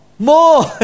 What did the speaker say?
More